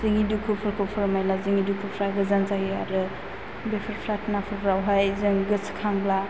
जोंनि दुखुफोरखौ फोरमायला जोंनि दुखुफ्रा गोजोन जायो आरो बेफोर प्राथनाफोराव हाय जों गोसोखांब्ला